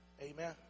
amen